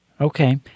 okay